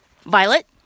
Violet